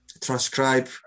transcribe